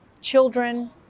children